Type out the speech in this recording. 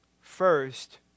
first